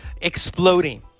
exploding